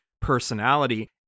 personality